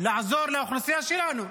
לעזור לאוכלוסייה שלנו?